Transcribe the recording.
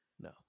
No